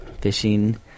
fishing